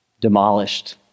demolished